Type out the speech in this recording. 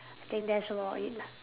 I think that's about it lah